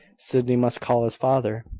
sydney must call his father.